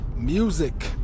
Music